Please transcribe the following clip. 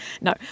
no